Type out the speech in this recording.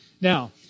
Now